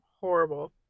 horrible